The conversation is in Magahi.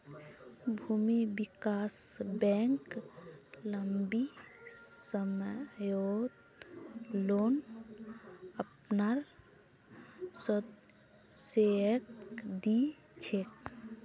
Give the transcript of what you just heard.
भूमि विकास बैंक लम्बी सम्ययोत लोन अपनार सदस्यक दी छेक